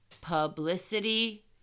Publicity